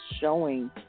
showing